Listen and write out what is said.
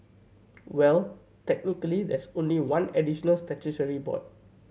well technically there is only one additional statutory board